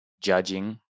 judging